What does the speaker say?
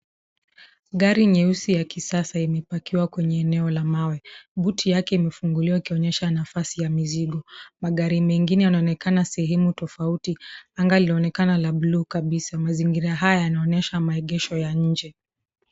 Gari nyeusi ya kisasa imepakiwa kwenye eneo la mawe. Buti yake imefunguliwa ikionyesha nafasi ya mizigo. Magari mengine yanaonekana sehemu tofauti. Anga linaonekana la buluu kabisa. Mazingira haya yanaonyesha maegesho ya nje.